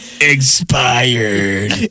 expired